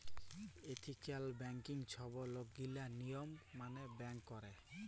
ethical ব্যাংকিংয়ে ছব লকগিলা লিয়ম মালে ব্যাংক ক্যরে